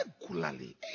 regularly